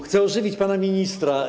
Chcę ożywić pana ministra.